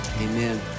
Amen